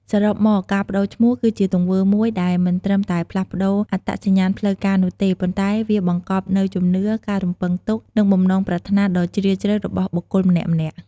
សរុបមក ការប្ដូរឈ្មោះគឺជាទង្វើមួយដែលមិនត្រឹមតែផ្លាស់ប្ដូរអត្តសញ្ញាណផ្លូវការនោះទេ ប៉ុន្តែវាបង្កប់នូវជំនឿ ការរំពឹងទុក និងបំណងប្រាថ្នាដ៏ជ្រាលជ្រៅរបស់បុគ្គលម្នាក់ៗ។